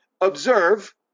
Observe